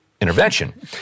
intervention